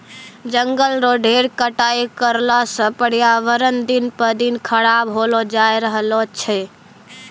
जंगल रो ढेर कटाई करला सॅ पर्यावरण दिन ब दिन खराब होलो जाय रहलो छै